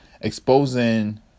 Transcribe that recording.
exposing